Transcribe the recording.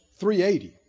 380